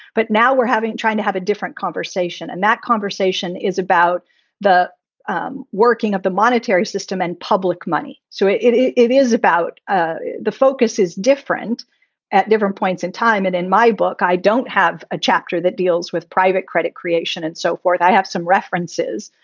but now we're having trying to have a different conversation. and that conversation is about the um working of the monetary system and public money. so it it is about ah the focus is different at different points in time. and in my book, i don't have a chapter that deals with private credit creation and so forth. i have some references,